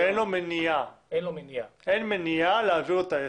שאין לו מניעה להעביר את העסק,